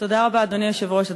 תודה רבה, אדוני היושב-ראש.